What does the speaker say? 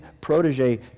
protege